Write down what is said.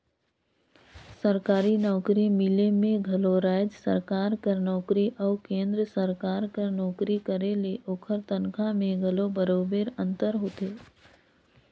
सरकारी नउकरी मिले में घलो राएज सरकार कर नोकरी अउ केन्द्र सरकार कर नोकरी करे ले ओकर तनखा में घलो बरोबेर अंतर होथे